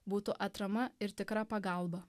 būtų atrama ir tikra pagalba